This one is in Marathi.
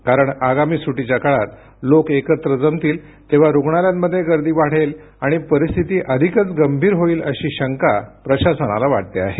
कारण आगामी सुटीच्या काळात लोक एकत्र जमतील तेव्हा रुग्णालयांमध्ये गर्दी वाढेल आणि परिस्थिती अधिकच गंभीर होईल अशी शंका प्रशासनाला वाटते आहे